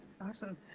awesome